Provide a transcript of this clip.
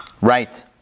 Right